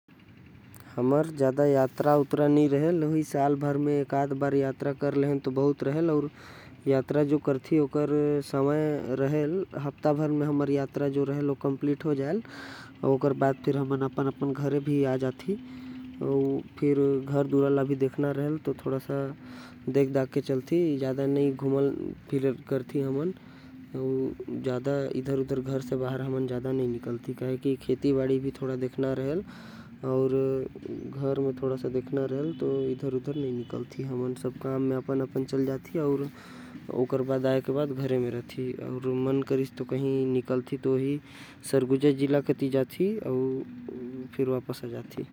हमन ज्यादा यात्रा नही करथि अउ अगर करना भी होही। तो साल भर म एके बार होथे काही की हमन खेती बाड़ी वाला आदमी हवे। तो हमन ल ज्यादा समय नही मिलथे अउ जाथि। भी तो हमर यात्रा एक हफ्ता म पूरा हो जाथे।